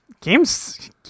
Games